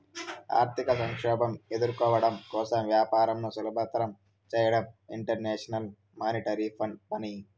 ఆర్థిక సంక్షోభం ఎదుర్కోవడం కోసం వ్యాపారంను సులభతరం చేయడం ఇంటర్నేషనల్ మానిటరీ ఫండ్ పని